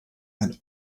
and